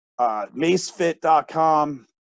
macefit.com